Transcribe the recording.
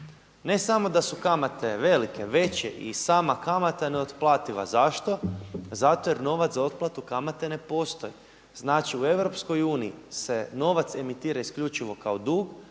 ne samo da su kamate velike, veće i sama kamata je neotplativa. Zašto? Zato što novac za otplatu kamate ne postoji. Znači u EU se novac emitira isključivo kao dug.